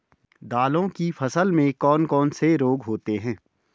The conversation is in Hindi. दालों की फसल में कौन कौन से रोग होते हैं?